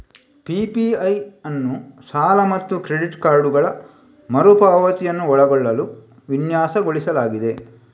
PPI ಅನ್ನು ಸಾಲ ಮತ್ತು ಕ್ರೆಡಿಟ್ ಕಾರ್ಡುಗಳ ಮರು ಪಾವತಿಯನ್ನು ಒಳಗೊಳ್ಳಲು ವಿನ್ಯಾಸಗೊಳಿಸಲಾಗಿದೆ